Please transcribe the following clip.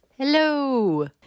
Hello